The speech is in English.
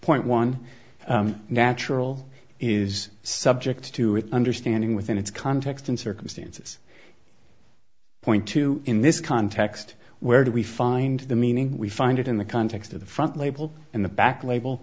point one natural is subject to with understanding within its context and circumstances point two in this context where do we find the meaning we find it in the context of the front labels and the back label